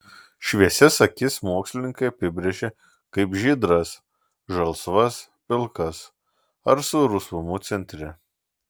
šviesias akis mokslininkai apibrėžia kaip žydras žalsvas pilkas ar su rusvumu centre